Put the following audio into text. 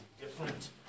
different